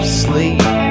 sleep